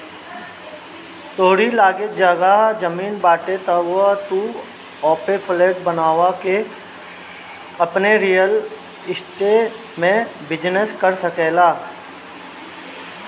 तोहरी लगे जगह जमीन बाटे तअ तू ओपे फ्लैट बनवा के आपन रियल स्टेट में बिजनेस कर सकेला